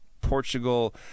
Portugal